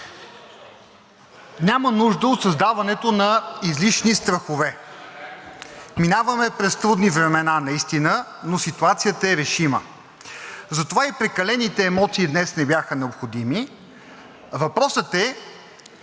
Няма нужда от създаването на излишни страхове. Минаваме през трудни времена наистина, но ситуацията е решима, затова и прекалените емоции днес не бяха необходими. Въпросът е,